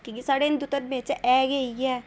की के साढ़े हिंदु धर्में च ऐ गै इयै